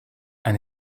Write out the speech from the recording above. and